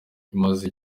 imaze